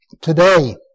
today